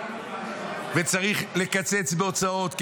וצריך לקצץ בהוצאות.